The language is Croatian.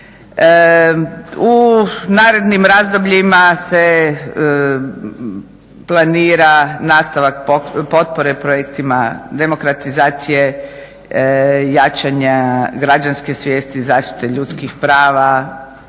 U narednim razdobljima se planira nastavak potpore projektima demokratizacije i jačanja građanske svijesti, zaštite ljudskih prava,